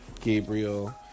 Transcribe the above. Gabriel